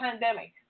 pandemic